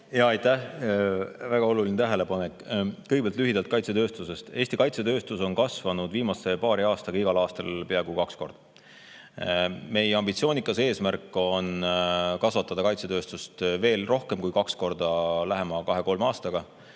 Aitäh, väga oluline tähelepanek! Kõigepealt lühidalt kaitsetööstusest. Eesti kaitsetööstus on kasvanud viimase paari aastaga igal aastal peaaegu kaks korda. Meie ambitsioonikas eesmärk on kasvatada kaitsetööstust veel rohkem kui kaks korda lähema kahe-kolme aastaga,